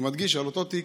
אני מדגיש: על אותו תיק,